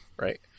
right